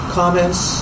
comments